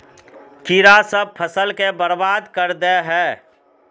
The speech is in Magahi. कीड़ा सब फ़सल के बर्बाद कर दे है?